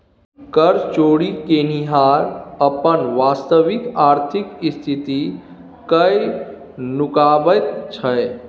कर चोरि केनिहार अपन वास्तविक आर्थिक स्थिति कए नुकाबैत छै